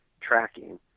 tracking